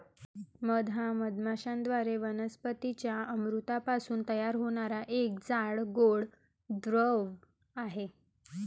मध हा मधमाश्यांद्वारे वनस्पतीं च्या अमृतापासून तयार होणारा एक जाड, गोड द्रव आहे